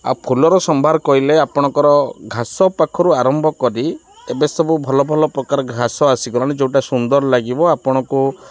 ଆଉ ଫୁଲର ସମ୍ଭାର କହିଲେ ଆପଣଙ୍କର ଘାସ ପାଖରୁ ଆରମ୍ଭ କରି ଏବେ ସବୁ ଭଲ ଭଲ ପ୍ରକାର ଘାସ ଆସିଗଲାଣି ଯୋଉଟା ସୁନ୍ଦର ଲାଗିବ ଆପଣଙ୍କୁ